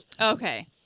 okay